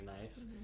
nice